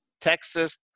Texas